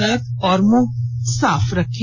हाथ और मुंह साफ रखें